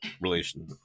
relation